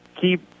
keep